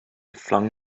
flung